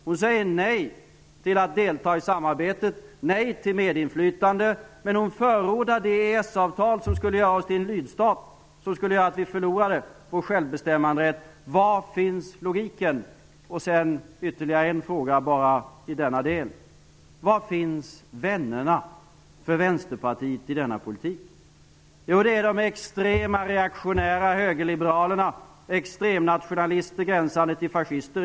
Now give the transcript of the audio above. Hon säger nej till att delta i samarbetet, nej till medinflytande, men hon förordar det EES-avtal som skulle göra oss till en lydstat och som skulle göra att vi förlorade vår självbestämmanderätt. Var finns logiken? Ytterligare en fråga i denna del: Vilka är Vänsterpartiets vänner i denna politik? Det är de extrema, reaktionära högerliberalerna, i vissa länder extremnationalister gränsande till fascister.